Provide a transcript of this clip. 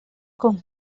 con